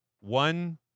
one